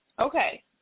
Okay